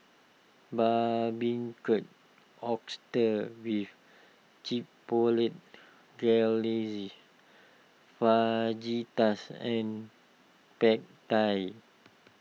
Barbecued Oysters with Chipotle Glaze Fajitas and Pad Thai